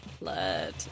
Blood